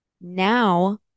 now